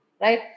right